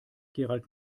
gerald